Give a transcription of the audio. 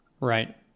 Right